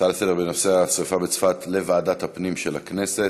ההצעה לסדר-היום בנושא השרפה בצפת לוועדת הפנים של הכנסת.